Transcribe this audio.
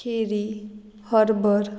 Keri harbour